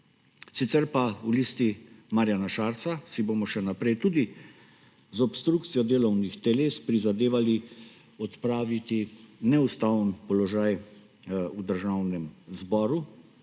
Sicer pa v Listi Marjana Šarca si bomo še naprej tudi z obstrukcijo delovnih teles prizadevali odpraviti neustaven položaj v Državnem zboru.